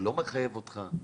לא מחייב אותך?